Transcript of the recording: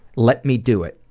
let me do it.